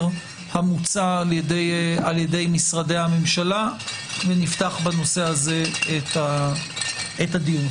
המוצע על ידי משרדי הממשלה ונפתח בנושא הזה את הדיון.